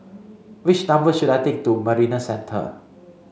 which number should I take to Marina Centre